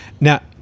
Now